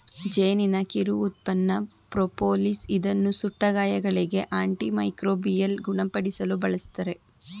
ಜೇನಿನ ಕಿರು ಉತ್ಪನ್ನ ಪ್ರೋಪೋಲಿಸ್ ಇದನ್ನು ಸುಟ್ಟ ಗಾಯಗಳಿಗೆ, ಆಂಟಿ ಮೈಕ್ರೋಬಿಯಲ್ ಗುಣಪಡಿಸಲು ಬಳ್ಸತ್ತರೆ